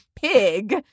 pig